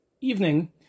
evening